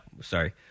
Sorry